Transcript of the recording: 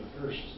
first